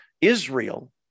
Israel